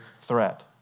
threat